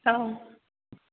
औ